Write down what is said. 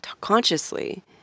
consciously